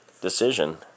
decision